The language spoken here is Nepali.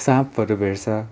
साँपहरू भेट्छ